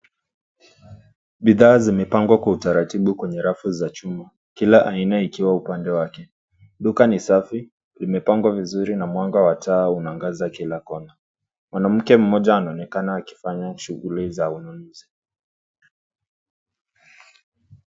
Bidhaa zimepangwa kwa utaratibu kwenye rafu za chuma. Kila aina ikiwa upande wake. Duka ni safi, limepangwa vizuri na mwanga wa taa umeangaza kila kona. Mwanamke mmoja anaonekana akifanya shuguli za ununuzi.